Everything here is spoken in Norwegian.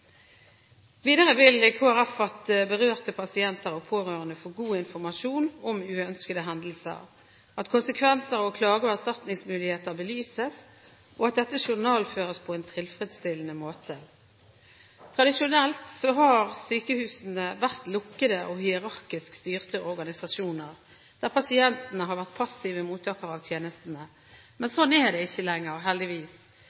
Videre vil Kristelig Folkeparti at berørte pasienter og pårørende får god informasjon om uønskede hendelser, at konsekvenser og klage- og erstatningsmuligheter belyses, og at dette journalføres på en tilfredsstillende måte. Tradisjonelt har sykehusene vært lukkede og hierarkisk styrte organisasjoner, der pasientene har vært passive mottakere av tjenestene.